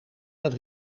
dat